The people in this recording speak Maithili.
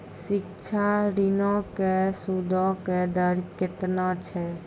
शिक्षा ऋणो के सूदो के दर केतना छै?